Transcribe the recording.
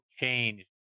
changed